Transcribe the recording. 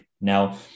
Now